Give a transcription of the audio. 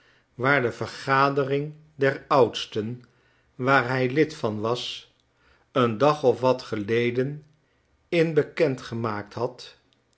waar de vergadering der oudsten waar hij lid van was een dag of wat geleden in beken d gemaakt had